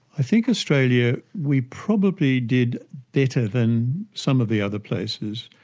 i think australia, we probably did better than some of the other places,